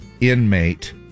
inmate